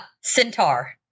centaur